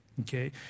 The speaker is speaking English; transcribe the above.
okay